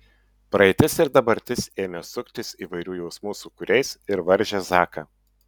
praeitis ir dabartis ėmė suktis įvairių jausmų sūkuriais ir varžė zaką